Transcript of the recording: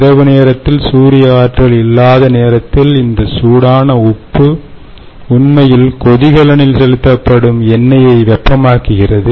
இரவு நேரத்தில் சூரிய ஆற்றல் இல்லாத நேரத்தில் இந்த சூடான உப்பு உண்மையில் கொதிகலனில் செலுத்தப்படும் எண்ணெயை வெப்பமாக்குகிறது